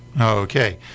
Okay